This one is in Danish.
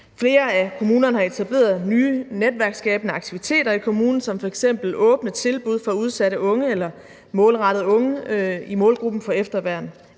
Flere af kommunerne har etableret nye netværksskabende aktiviteter i kommunen som f.eks. åbne tilbud målrettet unge i målgruppen for efterværn.